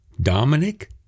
Dominic